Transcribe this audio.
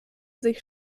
sich